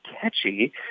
catchy